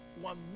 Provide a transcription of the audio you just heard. one